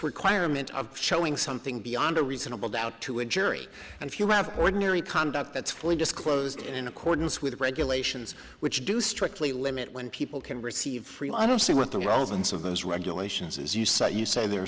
requirement of showing something beyond a reasonable doubt to a jury and if you have ordinary conduct that's fully disclosed in accordance with regulations which do stray plea limit when people can receive free i don't see what the relevance of those regulations is you cite you say there are